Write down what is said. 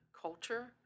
culture